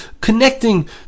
connecting